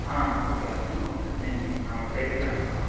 ஆ okay அப்படினா ஒரு பிரச்சனையும் இல்லைங்க நம்ம பேசி வாங்கிக்கலாம் வாங்க